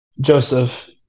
Joseph